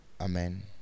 Amen